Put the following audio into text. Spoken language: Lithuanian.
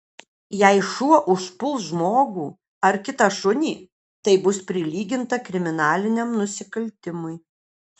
jei šuo užpuls žmogų ar kitą šunį tai bus prilyginta kriminaliniam nusikaltimui